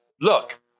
Look